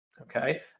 Okay